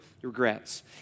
regrets